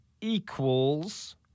equals